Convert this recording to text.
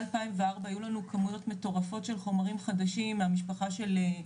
מ- 2004 היו כמויות מטורפות של חומרים חדשים מהמשפחה של,